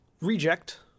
Reject